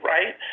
Right